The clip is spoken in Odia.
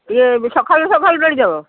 ଟିକେ ସଖାଳୁ ସଖାଳୁ ଦେଇଦେବ